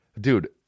Dude